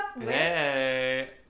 Hey